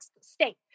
state